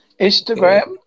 Instagram